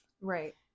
Right